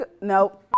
nope